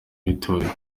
w’itorero